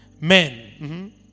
men